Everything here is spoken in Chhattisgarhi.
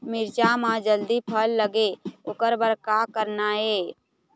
मिरचा म जल्दी फल लगे ओकर बर का करना ये?